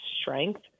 strength